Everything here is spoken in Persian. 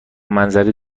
منظره